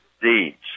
deeds